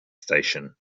station